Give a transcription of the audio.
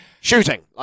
shooting